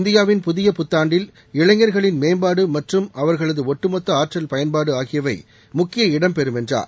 இந்தியாவின் புதிய புத்தாண்டில் இளைஞர்களின் மேம்பாடு மற்றும் அவர்களது ஒட்டுமொத்த ஆற்றல் பயன்பாடு ஆகியவை முக்கிய இடம்பெறும் என்றார்